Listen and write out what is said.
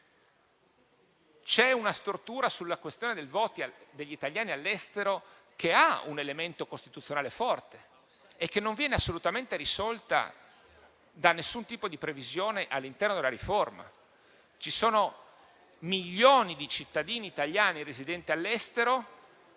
una stortura sulla questione del voto degli italiani all'estero, che ha un elemento costituzionale forte e che non viene assolutamente risolta da nessun tipo di previsione all'interno della riforma. Ci sono milioni di cittadini italiani residenti all'estero,